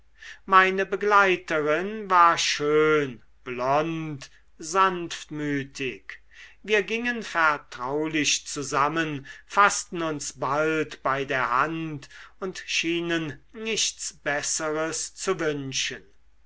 meine begleiterin war schön blond sanftmütig wir gingen vertraulich zusammen faßten uns bald bei der hand und schienen nichts besseres zu wünschen